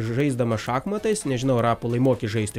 žaisdamas šachmatais nežinau rapolai moki žaisti